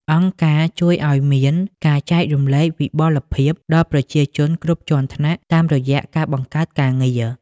អង្គការជួយឱ្យមាន "ការចែករំលែកវិបុលភាព" ដល់ប្រជាជនគ្រប់ជាន់ថ្នាក់តាមរយៈការបង្កើតការងារ។